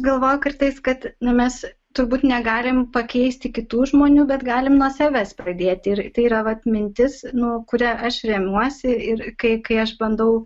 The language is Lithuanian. galvoju kartais kad nu mes turbūt negalim pakeisti kitų žmonių bet galim nuo savęs pradėti ir tai yra atmintis nu kuria aš remiuosi ir kai kai aš bandau